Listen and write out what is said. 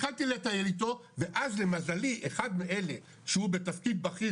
התחלתי לטייל איתו ואז למזלי אחד מאלה שהוא בתפקיד בכיר